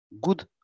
good